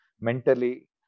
mentally